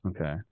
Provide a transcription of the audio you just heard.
Okay